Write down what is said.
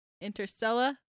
Interstellar